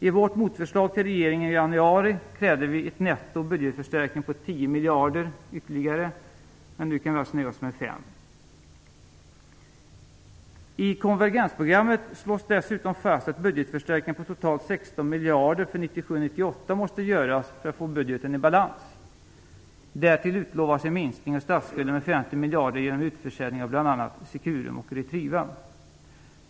I vårt motförslag till regeringens förslag i januari krävde vi en nettobudgetförstärkning på ytterligare 10 miljarder, men nu kan vi alltså nöja oss med 5 miljarder. I konvergensprogrammet slås dessutom fast att budgetförstärkningar på totalt 16 miljarder för åren 1997 och 1998 måste göras för att få budgeten i balans. Därtill utlovas en minskning av statsskulden med 50 miljarder genom utförsäljning av bl.a. Securum och Retriva.